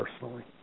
personally